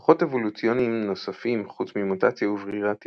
כוחות אבולוציוניים נוספים חוץ ממוטציה וברירה טבעית,